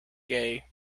gay